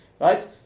Right